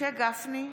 משה גפני,